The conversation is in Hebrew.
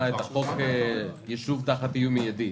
את הצעת החוק בעניין יישוב תחת איום מיידי,